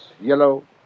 yellow